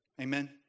Amen